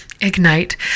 ignite